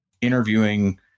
interviewing